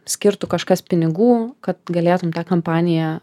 skirtų kažkas pinigų kad galėtum tą kampaniją